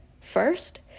First